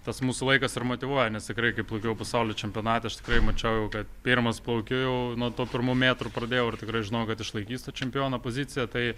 tas mūsų laikas ir motyvuoja nes tikrai kai plaukiau pasaulio čempionate aš tikrai mačiau kad pirmas plaukiu nuo tų pirmų metrų pradėjau ir tikrai žinojau kad išlaikys čempiono poziciją tai